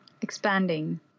expanding